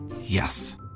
Yes